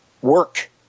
work